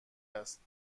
است